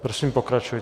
Prosím, pokračujte.